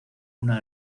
una